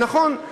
נכון,